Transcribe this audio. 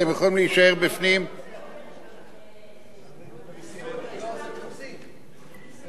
אנחנו מצביעים בקריאה שנייה על הצעת חוק נכסים של